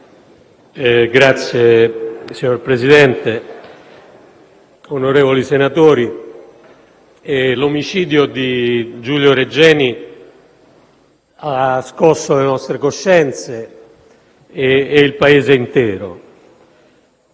Signor Presidente, onorevoli senatori, l'omicidio di Giulio Regeni ha scosso la nostre coscienze e il Paese intero,